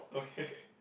okay